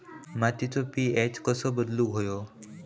मातीचो पी.एच कसो बदलुक होयो?